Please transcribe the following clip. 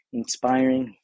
inspiring